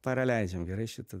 paraleidžiam gerai šitą